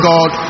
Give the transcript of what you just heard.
God